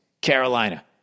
Carolina